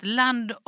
land